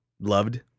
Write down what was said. loved